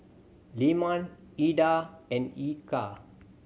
Leman Indah and Eka